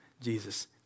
Jesus